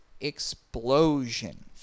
explosion